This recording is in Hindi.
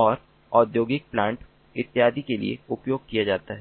और औद्योगिक प्लांट इत्यादि के लिए उपयोग किया जाता है